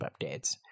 updates